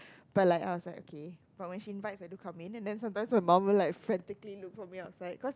but like I was like okay but when she invites I do come in and then sometimes my mum will like frantically look for me outside cause